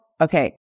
Okay